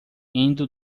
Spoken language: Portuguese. indo